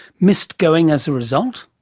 missed going as a result?